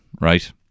right